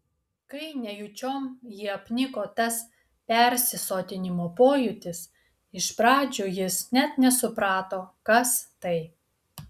kai nejučiom jį apniko tas persisotinimo pojūtis iš pradžių jis net nesuprato kas tai